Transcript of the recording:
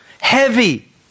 Heavy